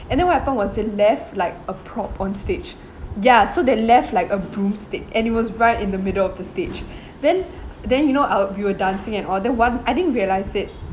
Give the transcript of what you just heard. and then what happened was they left like a prop on stage ya so they left like a broomstick and it was right in the middle of the stage then then you know our we were dancing and all then one I didn't realise it